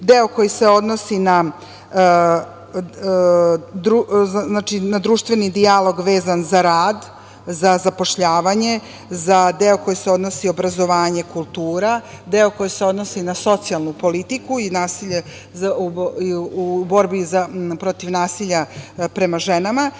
deo koji se odnosi na društveni dijalog vezan za rad, za zapošljavanje, za deo koji se odnosi na obrazovanje, kulturu, deo koji se odnosi na socijalnu politiku i borbu protiv nasilja prema ženama